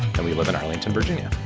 and we live in arlington, virginia.